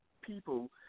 people